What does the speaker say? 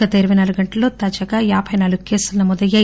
గత ఇరపై నాలుగంటల లో తాజాగా యాభై నాలుగు కేసులు నమోదయ్యాయి